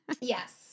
Yes